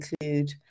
include